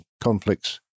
conflicts